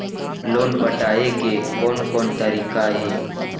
Loan पटाए के कोन कोन तरीका हे?